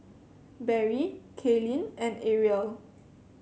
Barrie Kalyn and Arielle